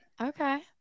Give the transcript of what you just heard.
Okay